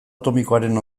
atomikoaren